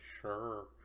sure